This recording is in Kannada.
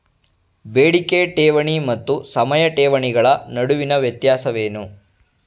ಬೇಡಿಕೆ ಠೇವಣಿ ಮತ್ತು ಸಮಯ ಠೇವಣಿಗಳ ನಡುವಿನ ವ್ಯತ್ಯಾಸವೇನು?